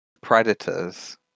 predators